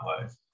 life